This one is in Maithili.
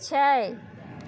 छै